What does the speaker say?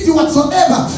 whatsoever